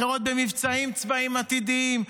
אחרות במבצעים צבאיים עתידיים,